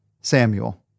Samuel